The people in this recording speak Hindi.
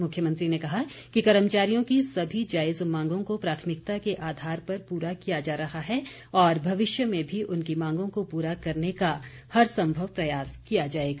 मुख्यमंत्री ने कहा कि कर्मचारियों की सभी जायज़ मांगों को प्राथमिकता के आधार पर पूरा किया जा रहा है और भविष्य में भी उनकी मांगों को पूरा करने का हर संभव प्रयास किया जाएगा